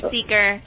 Seeker